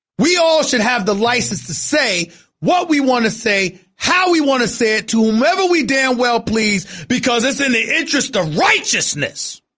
we all should have the license to say what we want to say how we want to say it to whomever we damn well please because it's in the interest of righteousness